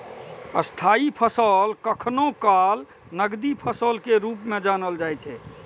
स्थायी फसल कखनो काल नकदी फसल के रूप मे जानल जाइ छै